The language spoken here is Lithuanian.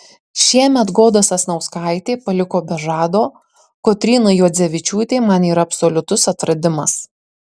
šiemet goda sasnauskaitė paliko be žado kotryna juodzevičiūtė man yra absoliutus atradimas